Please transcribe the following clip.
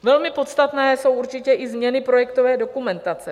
Velmi podstatné jsou určitě i změny projektové dokumentace.